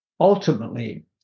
ultimately